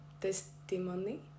testimony